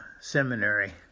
seminary